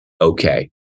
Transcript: okay